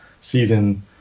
season